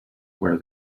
where